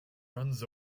runs